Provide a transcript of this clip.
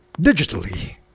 digitally